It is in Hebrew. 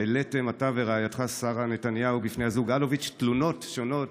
העליתם אתה ורעייתך שרה נתניהו בפני הזוג אלוביץ' תלונות שונות